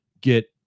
get